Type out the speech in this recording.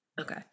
Okay